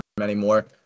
anymore